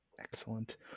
Excellent